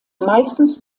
meistens